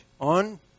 on